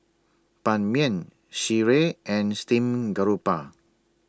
Ban Mian Sireh and Steamed Garoupa